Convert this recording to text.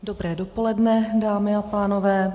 Dobré dopoledne, dámy a pánové.